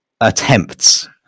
attempts